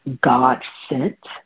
God-sent